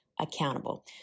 accountable